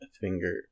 finger